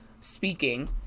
speaking